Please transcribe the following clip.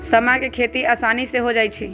समा के खेती असानी से हो जाइ छइ